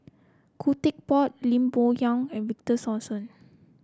Khoo Teck Puat Lim Bo Yam and Victor Sassoon